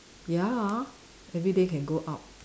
ya everyday can go out